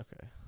Okay